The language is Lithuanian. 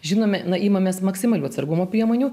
žinome na imamės maksimalių atsargumo priemonių